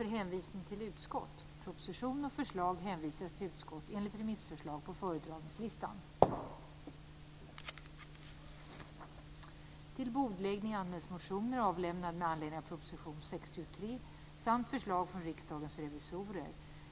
Än en gång: Hur det ska gå till och hur vi ska gardera oss när det gäller vindkraften under den övergångsperiod då vi inför dessa certifikat vill